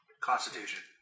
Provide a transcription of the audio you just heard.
constitution